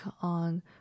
on